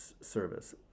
service